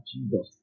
Jesus